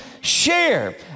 share